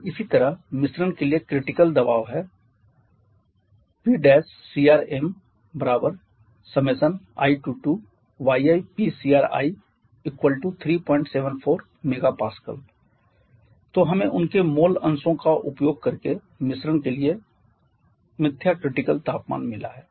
और इसी तरह मिश्रण के लिए क्रिटिकल दबाव है Pcrmi12yi Pcri374 Mpa तो हमें उनके मोल mole अंशों का उपयोग करके मिश्रण के लिए मिथ्या क्रिटिकल तापमान मिला है